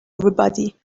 everybody